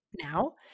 now